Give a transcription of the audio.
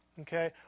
Okay